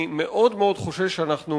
אני מאוד מאוד חושש שאנחנו